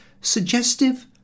suggestive